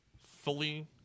fully